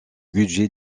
budgets